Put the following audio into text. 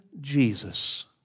Jesus